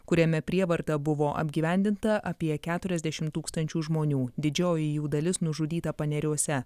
kuriame prievarta buvo apgyvendinta apie keturiasdešimt tūkstančių žmonių didžioji jų dalis nužudyta paneriuose